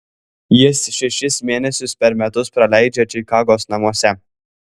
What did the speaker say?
jis šešis mėnesius per metus praleidžia čikagos namuose